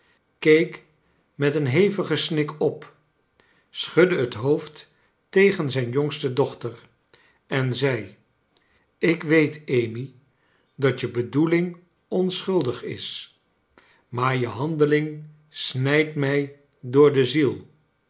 keek met een hevigen snik op schudde het hoofd tegen zijn jongste dochter en zei ik weet amy dat je bedoeling onschuldig is maar je handeling snijdt mij door de ziel